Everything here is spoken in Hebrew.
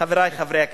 חברי חברי הכנסת,